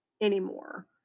anymore